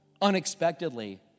unexpectedly